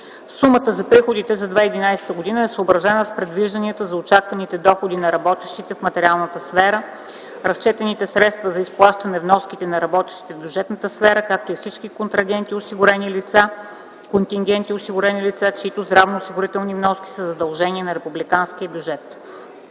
Сумата за приходите за 2011 г. е съобразена с предвижданията за очакваните доходи на работещите в материалната сфера, разчетените средства за изплащане вноските за работещите в бюджетната сфера, както и за всички контингенти осигурени лица, чиито здравноосигурителни вноски са задължение на републиканския бюджет.